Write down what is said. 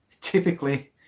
Typically